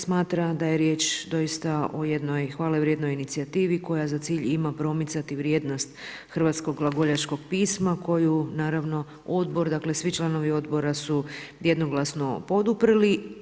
Smatra da je riječ doista o jednoj hvale vrijednog inicijativi koja za cilj ima promicati vrijednost hrvatskog glagoljaškog pisma koju naravno Odbor dakle, svi članovi Odbora su jednoglasno poduprli.